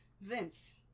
Vince